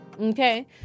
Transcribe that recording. Okay